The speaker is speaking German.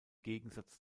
gegensatz